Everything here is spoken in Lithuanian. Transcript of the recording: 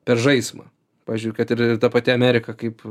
per žaismą pavyzdžiui kad ir ta pati amerika kaip